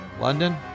London